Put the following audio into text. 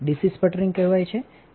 sputtering કહેવાય છે જેને આર